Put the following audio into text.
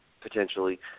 potentially